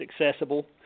accessible